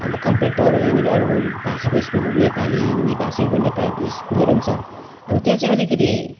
अब compare to अरू यहाँनेरि अरू भाषीको स्कुल नेपाली हिन्दी भाषीहरूको नेपाली स्कुलहरू छ अब त्यहाँ चाहिँ अलिकति